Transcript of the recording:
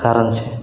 कारण छै